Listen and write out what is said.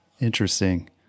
Interesting